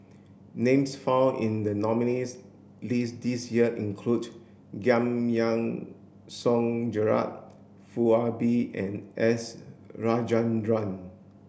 names found in the nominees' list this year include Giam Yean Song Gerald Foo Ah Bee and S Rajendran